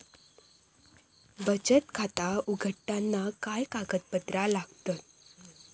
बचत खाता उघडताना काय कागदपत्रा लागतत?